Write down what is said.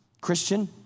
Christian